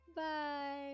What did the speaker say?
Bye